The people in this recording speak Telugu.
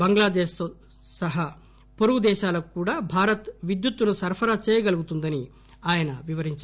బంగ్లాదేశ్ తో సహా పొరుగు దేశాలకు కూడా భారత్ విద్యుత్తును సరఫరా చేయగలుగుతుందని ఆయన వివరించారు